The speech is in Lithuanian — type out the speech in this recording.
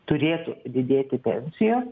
turėtų didėti pensija